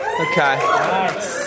Okay